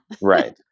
Right